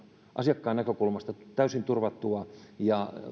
asiakkaan näkökulmasta täysin turvattuja ja